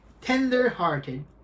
tender-hearted